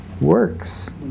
works